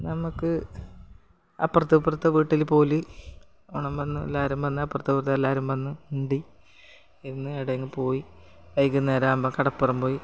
നമുക്ക് അപ്പുറത്തിപ്പുറത്തു വീട്ടിൽ പോലി ഓണം വന്ന് എല്ലാവരും വന്നു അപ്പുറത്തിപ്പുറത്ത് എല്ലാവരും വന്നു മിണ്ടി പിന്നെ എവിടെയെങ്ങും പോയി വൈകുന്നേരമാകുമ്പോൾ കടപ്പുറം പോയി